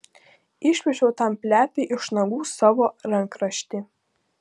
išplėšiau tam plepiui iš nagų savo rankraštį